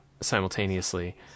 simultaneously